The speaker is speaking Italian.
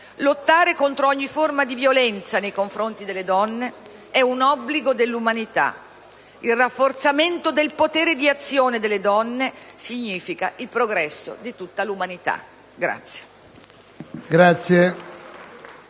Lottare contro ogni forma di violenza nei confronti delle donne è un obbligo dell'umanità. Il rafforzamento del potere di azione delle donne significa il progresso di tutta l'umanità».